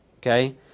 okay